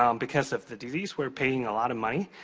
um because of the disease, we're paying a lot of money.